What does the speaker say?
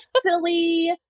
silly